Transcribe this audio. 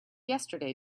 yesterday